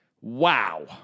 wow